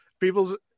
people's